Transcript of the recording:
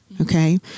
okay